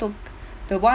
took the one